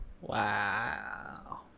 Wow